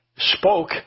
Spoke